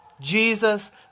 Jesus